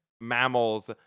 mammals